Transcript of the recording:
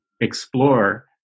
explore